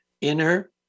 inner